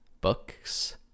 books